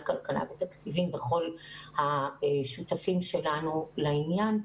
כלכלה ותקציבים וכל השותפים שלנו לעניין,